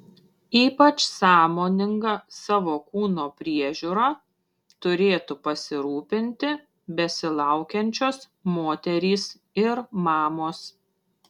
ypač sąmoninga savo kūno priežiūra turėtų pasirūpinti besilaukiančios moterys ir mamos